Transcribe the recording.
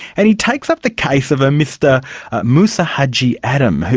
and he takes up the case of a mr moosa haji adam,